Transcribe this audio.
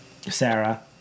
Sarah